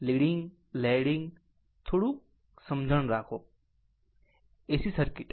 leading lagging થોડુંક સમજણ રાખો AC સર્કિટ